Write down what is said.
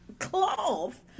cloth